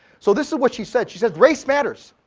so this is what she said. she said race matters,